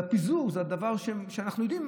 הפיזור זה דבר שאנחנו יודעים,